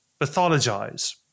pathologize